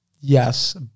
Yes